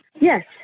Yes